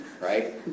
right